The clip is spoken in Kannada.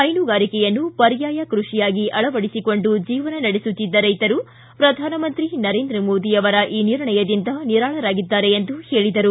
ಹೈನುಗಾರಿಕೆಯನ್ನು ಪರ್ಯಾಯ ಕೃಷಿಯಾಗಿ ಅಳವಡಿಸಿಕೊಂಡು ಜೀವನ ನಡೆಸುತ್ತಿದ್ದ ರೈತರು ಪ್ರಧಾನಮಂತ್ರಿ ನರೇಂದ್ರ ಮೋದಿ ಅವರ ಈ ನಿರ್ಣಯದಿಂದ ನಿರಾಳರಾಗಿದ್ದಾರೆ ಎಂದು ಹೇಳಿದರು